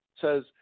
says